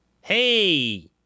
Hey